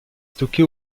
stocké